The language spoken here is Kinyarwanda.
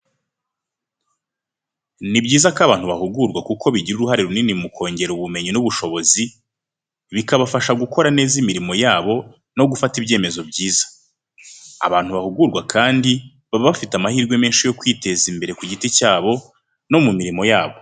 Ni byiza ko abantu bahugurwa kuko bigira uruhare runini mu kongera ubumenyi n’ubushobozi, bikabafasha gukora neza imirimo yabo no gufata ibyemezo byiza. Abantu bahugurwa kandi baba bafite amahirwe menshi yo kwiteza imbere ku giti cyabo, no mu mirimo yabo.